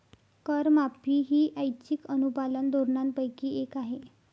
करमाफी ही ऐच्छिक अनुपालन धोरणांपैकी एक आहे